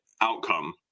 outcome